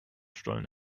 stollen